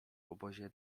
obozie